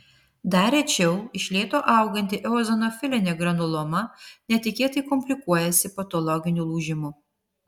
dar rečiau iš lėto auganti eozinofilinė granuloma netikėtai komplikuojasi patologiniu lūžimu